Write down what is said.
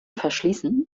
verschließen